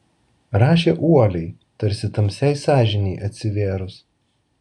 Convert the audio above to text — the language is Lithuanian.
rašė uoliai tarsi tamsiai sąžinei atsivėrus